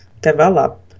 develop